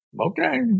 Okay